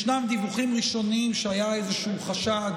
ישנם דיווחים ראשונים שהיה איזשהו חשד